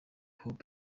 hop